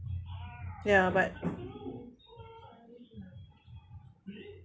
ya but